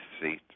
seat